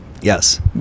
yes